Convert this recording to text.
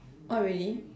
oh really